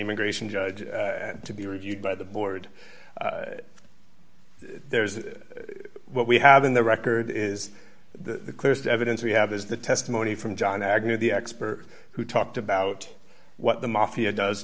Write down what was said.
immigration judge to be reviewed by the board there is what we have in the record is the clearest evidence we have is the testimony from john agnew the expert who talked about what the mafia does